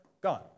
gone